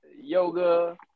yoga